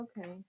okay